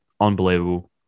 Unbelievable